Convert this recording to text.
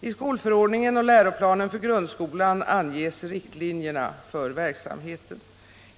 I skolförordningen och läroplanen för grundskolan anges riktlinjerna för verksamheten.